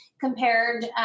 compared